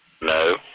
No